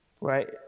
right